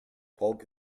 polk